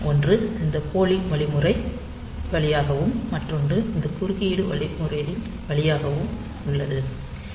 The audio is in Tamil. ஒன்று இந்த போலிங் வழிமுறை வழியாகவும் மற்றொன்று இந்த குறுக்கீடு வழிமுறையின் வழியாகவும் உள்ளது